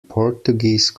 portuguese